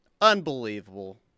Unbelievable